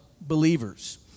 believers